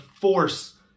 force